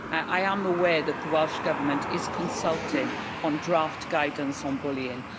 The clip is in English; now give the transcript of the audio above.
i am aware that the welsh government is consulting on draft guidance on bullying,